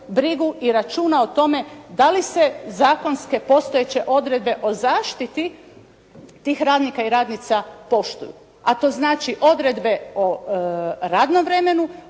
brigu i računa o tome da li se zakonske postojeće odredbe o zaštiti tih radnika i radnica poštuju. A to znači odredbe o radnom vremenu,